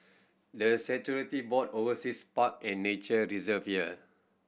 the statutory board oversees park and nature deserve here